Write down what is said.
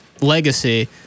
Legacy